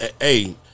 hey –